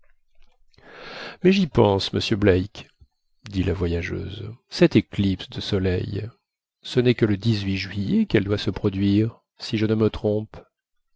mais j'y pense monsieur black dit la voyageuse cette éclipse de soleil ce n'est que le juillet qu'elle doit se produire si je ne me trompe